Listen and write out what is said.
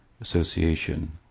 association